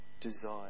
desire